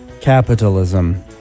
capitalism